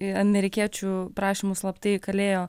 amerikiečių prašymu slaptai kalėjo